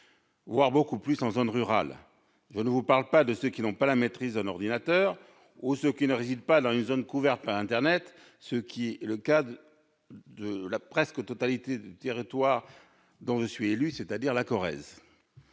voire beaucoup plus en zone rurale. Et je ne vous parle pas de ceux qui n'ont pas la maîtrise d'un ordinateur ou qui ne résident pas dans une zone couverte par internet, ce qui est le cas de la quasi-totalité du territoire dont je suis élu, la Corrèze.